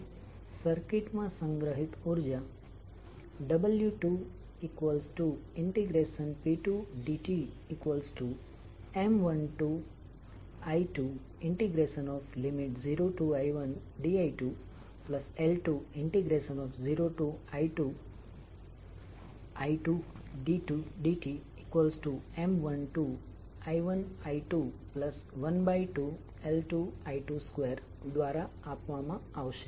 અને સર્કિટ માં સંગ્રહિત ઉર્જા w2p2dtM12I10I1di2L20I2i2dtM12I1I212L2I22 દ્વારા આપવામાં આવશે